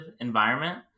environment